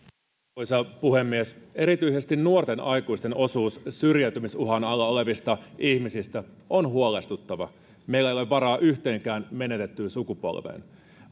arvoisa puhemies erityisesti nuorten aikuisten osuus syrjäytymisuhan alla olevista ihmisistä on huolestuttava meillä ei ole varaa yhteenkään menetettyyn sukupolveen